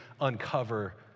uncover